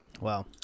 Wow